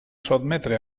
sotmetre